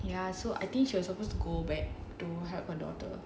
ya so I think she was supposed to go back to help her daughter